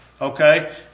Okay